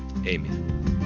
Amen